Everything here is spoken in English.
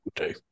Okay